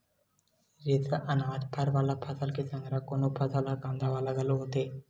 रेसा, अनाज, फर वाला फसल के संघरा कोनो फसल ह कांदा वाला घलो होथे